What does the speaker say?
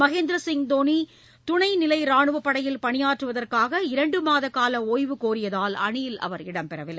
மகேந்திர சிங் தோனி துணை நிலை ராணுவப்படையில் பணியாற்றுவதற்காக இரண்டு மாத கால ஒய்வு கோரியதால் அணியில் அவர் இடம்பெறவில்லை